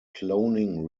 cloning